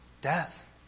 Death